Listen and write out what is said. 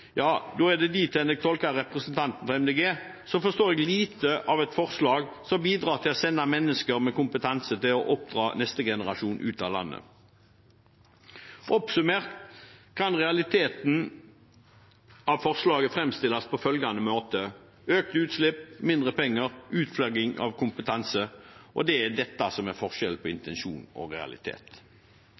ja, det er dit hen jeg tolker representanten fra Miljøpartiet De Grønne – så forstår jeg lite av et forslag som bidrar til å sende mennesker med kompetanse til å oppdra neste generasjon ut av landet. Oppsummert kan realiteten i forslaget framstilles på følgende måte: økte utslipp, mindre penger, utflagging av kompetanse. Det er dette som er forskjellen på intensjon og realitet.